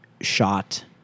shot